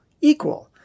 equal